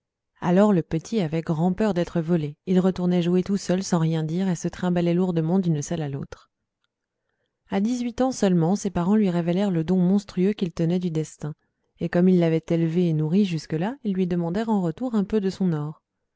alors le petit avait grand'peur d'être volé il retournait jouer tout seul sans rien dire et se trimbalait lourdement d'une salle à l'autre à dix-huit ans seulement ses parents lui révélèrent le don monstrueux qu'il tenait du destin et comme ils l'avaient élevé et nourri jusque-là ils lui demandèrent en retour un peu de son or